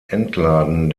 entladen